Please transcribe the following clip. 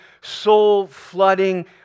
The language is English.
soul-flooding